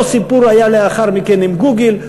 אותו סיפור היה לאחר מכן עם "גוגל",